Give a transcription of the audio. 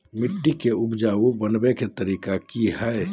मिट्टी के उपजाऊ बनबे के तरिका की हेय?